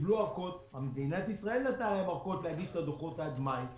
שקיבלו ארכות ממדינת ישראל להגיש את הדוחות עד מאי,